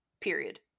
period